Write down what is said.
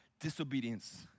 Disobedience